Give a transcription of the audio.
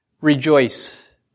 Rejoice